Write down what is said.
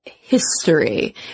history